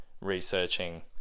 researching